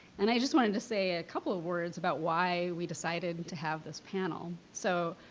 and i just wanted to say a couple of words about why we decided to have this panel. so,